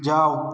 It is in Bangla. যাও